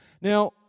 Now